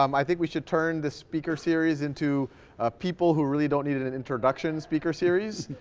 um i think we should turn this speaker series into people who really don't need and an introduction speaker series,